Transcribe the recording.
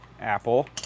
Apple